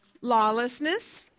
Lawlessness